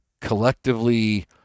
collectively